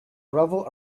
gravel